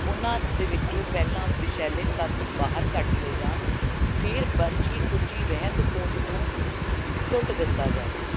ਉਹਨਾਂ ਦੇ ਵਿੱਚੋਂ ਪਹਿਲਾਂ ਵਿਸ਼ੈਲੇ ਤੱਤ ਬਾਹਰ ਕੱਢ ਲਏ ਜਾਣ ਫਿਰ ਬਚੀ ਖੁਚੀ ਰਹਿੰਦ ਖੂੰਹਦ ਨੂੰ ਸੁੱਟ ਦਿੱਤਾ ਜਾਵੇ